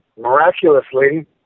miraculously